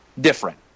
different